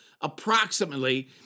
approximately